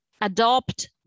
adopt